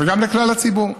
וגם לכלל הציבור.